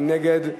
מי נגד?